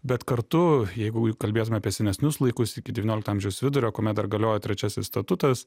bet kartu jeigu kalbėtume apie senesnius laikus iki devyniolikto amžiaus vidurio kuomet dar galiojo trečiasis statutas